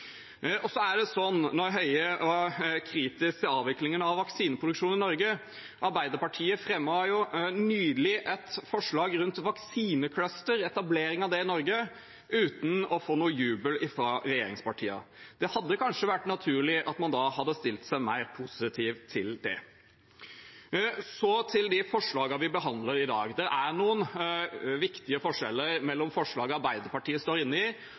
Og så, når Høie er kritisk til avvikling av vaksineproduksjon i Norge: Arbeiderpartiet fremmet nylig et forslag rundt vaksinecluster og etablering av det i Norge, uten å få noe jubel fra regjeringspartiene. Det hadde kanskje vært naturlig at man da hadde stilt seg mer positiv til det. Så til de forslagene vi behandler i dag. Det er noen viktige forskjeller mellom forslaget Arbeiderpartiet står inne i,